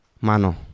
mano